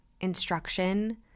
instruction